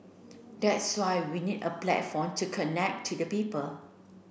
that's why we need a platform to connect to the people